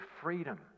freedom